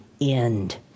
end